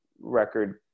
record